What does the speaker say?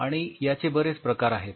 आणि याचे बरेच प्रकार आहेत